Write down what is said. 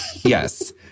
yes